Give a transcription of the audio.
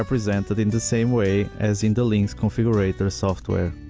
presented in the same way as in the linx configurator software.